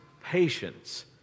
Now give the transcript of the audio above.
patience